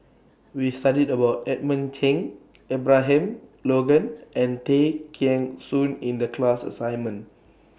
We studied about Edmund Cheng Abraham Logan and Tay Kheng Soon in The class assignment